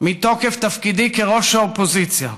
מתוקף תפקידי כראש האופוזיציה,